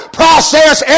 process